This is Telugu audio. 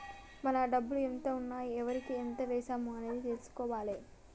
మన డబ్బులు ఎంత ఉన్నాయి ఎవరికి ఎంత వేశాము అనేది తెలుసుకోవాలే